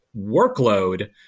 workload